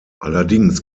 allerdings